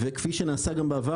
וכפי שנעשה בעבר,